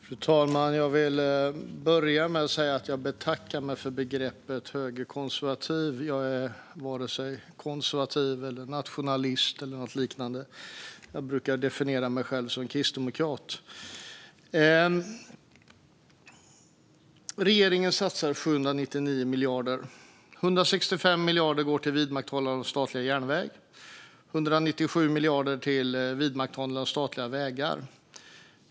Fru talman! Jag vill börja med att säga att jag betackar mig för begreppet högerkonservativ. Jag är varken konservativ, nationalist eller något liknande. Jag brukar definiera mig själv som kristdemokrat. Regeringen satsar 799 miljarder. 165 miljarder går till vidmakthållande av statlig järnväg och 197 miljarder till vidmakthållande av statliga vägar.